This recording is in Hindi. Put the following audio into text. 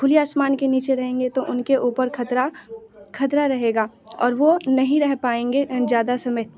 खुले आसमान के नीचे रहेंगे तो उनके ऊपर ख़तरा ख़तरा रहेगा और वो नहीं रह पाएंगे ज़्यादा समय